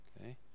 okay